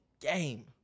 game